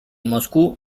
moscú